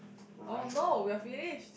oh no we're finished